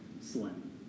Slim